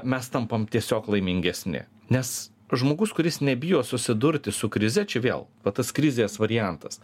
mes tampam tiesiog laimingesni nes žmogus kuris nebijo susidurti su krize čia vėl va tas krizės variantas